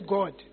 God